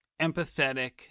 empathetic